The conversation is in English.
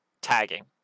tagging